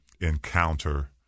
encounter